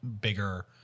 bigger